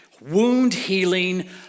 wound-healing